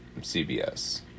CBS